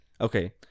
Okay